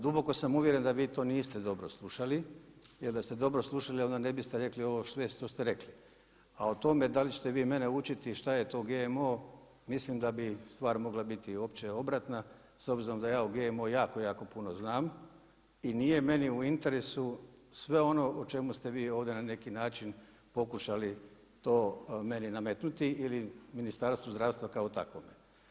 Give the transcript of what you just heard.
Duboko sam uvjeren da vi to niste dobro slušali jer da ste dobro slušali onda ne biste rekli ovo sve što ste rekli, a o tome da li ćete vi mene učiti šta je to GMO mislim da bi stvar mogla biti uopće obratna s obzirom da ja o GMO jako, jako puno znam i nije meni u interesu sve ono o čemu ste vi ovdje na neki način pokušali to meni nametnuti ili Ministarstvu zdravstva kao takvog.